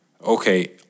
Okay